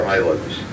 Islands